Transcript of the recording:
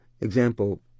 Example